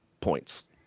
points